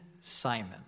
Simon